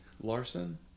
Larson